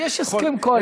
יש הסכם קואליציוני,